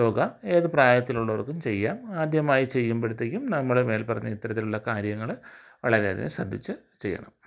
യോഗ ഏത് പ്രായത്തിലുള്ളവർക്കും ചെയ്യാം ആദ്യമായി ചെയ്യുമ്പോഴത്തേക്കും നമ്മുടെ മേൽപ്പറഞ്ഞ ഇത്തരത്തിലുള്ള കാര്യങ്ങൾ വളരെ അധികം ശ്രദ്ധിച്ചു ചെയ്യണം